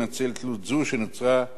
שנוצרה משיטות הטיפול,